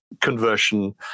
conversion